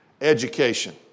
education